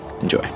Enjoy